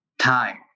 time